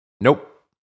Nope